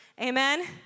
Amen